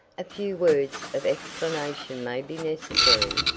a few words of explanation may be necessary.